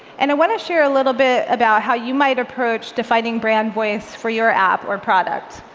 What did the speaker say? and i want to share a little bit about how you might approach defining brand voice for your app or product.